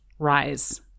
Rise